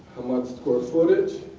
much square footage,